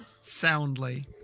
soundly